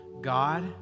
God